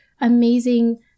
amazing